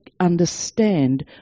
understand